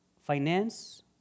finance